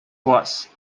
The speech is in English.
worse